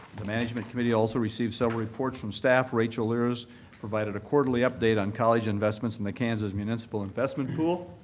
the management committee also received several reports from staff. rachel lierz provided a quarterly update on college investments in the kansas municipal investment pool.